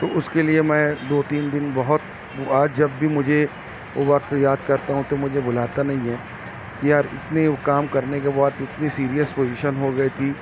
تو اس کے لیے میں دو تین دن بہت وہ آج جب بھی مجھے وہ وقت یاد کرتا ہوں تو مجھے بھلاتا نہیں ہے یار اتنے کام کرنے کے بعد اتنی سیریئس پوزیشن ہو گئی تھی